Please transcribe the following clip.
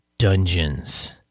Dungeons